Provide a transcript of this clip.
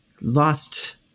lost